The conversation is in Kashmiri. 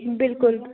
بِلکُل